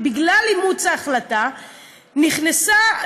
בגלל אימוץ ההחלטה נכנסה,